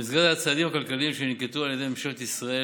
במסגרת הצעדים הכלכליים שננקטו על ידי ממשלת ישראל,